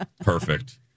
Perfect